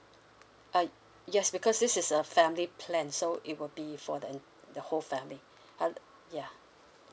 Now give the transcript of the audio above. uh yes because this is a family plan so it will be for the the whole family al~ ya